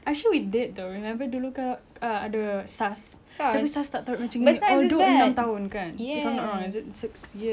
tapi SARS tak teruk macam gitu although enam tahun kan if I'm not wrong is it six years we had to go through but it wasn't like the whole world